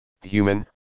human